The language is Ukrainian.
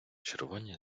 червоні